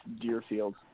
Deerfield